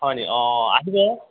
হয় নেকি অঁ আহিব